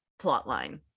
plotline